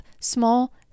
small